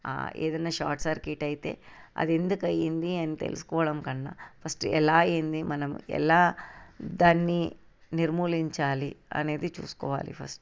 ఏదైనా short circuit అయితే అది ఎందుకు అయింది అని తెలుసుకోవడం కన్నా ఫస్ట్ ఎలా అయింది మనం ఎలా దాన్ని నిర్మూలించాలి అనేది చూసుకోవాలి ఫస్ట్